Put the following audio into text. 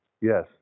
Yes